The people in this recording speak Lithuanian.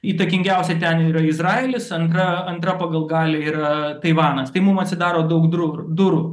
įtakingiausia ten yra izraelis antra antra pagal galią yra taivanas tai mum atsidaro daug drurų durų